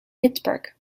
pittsburgh